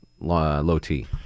Low-T